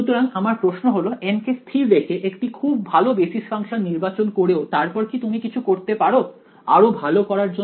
সুতরাং আমার প্রশ্ন হল N কে স্থির রেখে একটি খুব ভালো বেসিস ফাংশন নির্বাচন করেও তারপর কি তুমি কিছু করতে পারো আরো ভালো করার জন্য